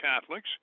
Catholics